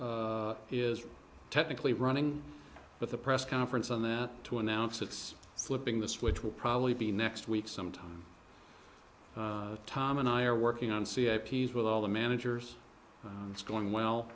is technically running but the press conference on that to announce it's flipping the switch will probably be next week sometime tom and i are working on see a piece with all the managers it's going well